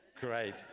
Great